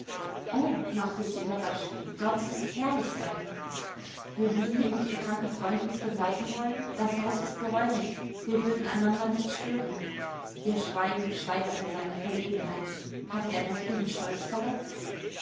oh machte sie überrascht dort soll es herrlich sein würden sie und ihr kranker freund uns begleiten wollen das haus ist geräumig wir würden einander nicht stören ihr schweigen steigerte seine verlegenheit hatte er doch ihren stolz verletzt